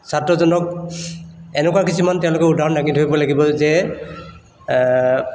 ছাত্ৰজনক এনেকুৱা কিছুমান তেওঁলোকে উদাহৰণ দাঙি ধৰিব লাগিব যে